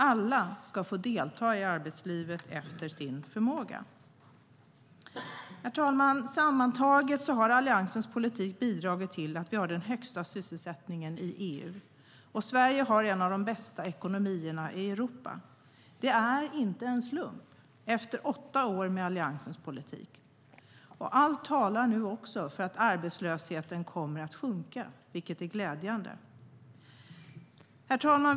Alla ska få delta i arbetslivet efter sin förmåga. Herr talman!